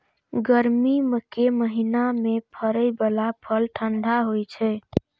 गर्मी के महीना मे फड़ै बला फल ठंढा होइ छै